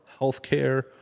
healthcare